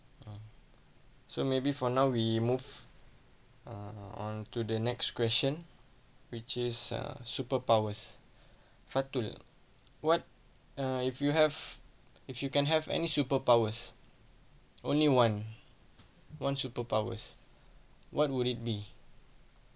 uh so maybe for now we move uh to the next question which is err superpowers fathul what err if you have if you can have any superpowers only one one superpowers what would it be